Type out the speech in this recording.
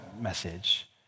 message